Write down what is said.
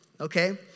okay